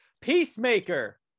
Peacemaker